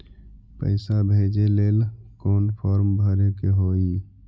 पैसा भेजे लेल कौन फार्म भरे के होई?